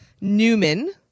Newman